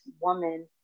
woman